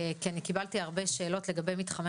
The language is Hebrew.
כי אני קיבלתי הרבה שאלות לגבי מתחמי